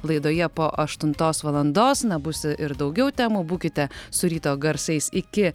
laidoje po aštuntos valandos na bus ir daugiau temų būkite su ryto garsais iki